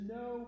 no